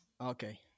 Okay